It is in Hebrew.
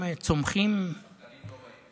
אגב, במג'ד אל-כרום צומחים שחקנים טובים.